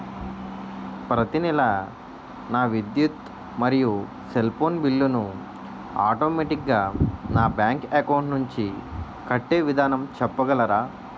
ప్రతి నెల నా విద్యుత్ మరియు సెల్ ఫోన్ బిల్లు ను ఆటోమేటిక్ గా నా బ్యాంక్ అకౌంట్ నుంచి కట్టే విధానం చెప్పగలరా?